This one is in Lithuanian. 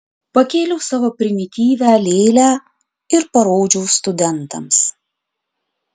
pakėliau savo primityvią lėlę ir parodžiau studentams